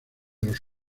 los